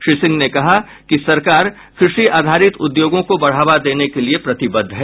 श्री सिंह ने कहा कि सरकार कृषि आधारित उद्योगों को बढ़ावा देने के लिये प्रतिबद्ध है